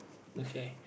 okay